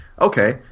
okay